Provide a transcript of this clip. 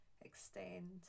extend